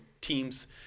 teams